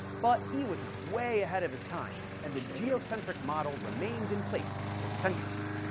but he was way ahead of his time, and the geocentric model remained in place for centuries.